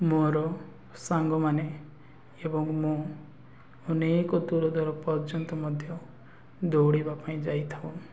ମୋର ସାଙ୍ଗମାନେ ଏବଂ ମୁଁ ଅନେକ ଦୂରଦୂର ପର୍ଯ୍ୟନ୍ତ ମଧ୍ୟ ଦୌଡ଼ିବା ପାଇଁ ଯାଇଥାଉ